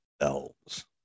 elves